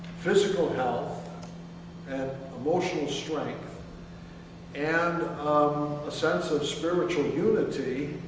physical health and emotional strength and um a sense of spiritual unity